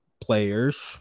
players